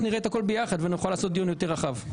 הכול ביחד ונוכל לקיים דיון יותר רחב.